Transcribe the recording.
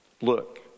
Look